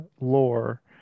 lore